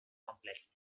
complex